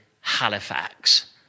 Halifax